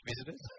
visitors